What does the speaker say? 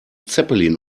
zeppelin